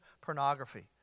pornography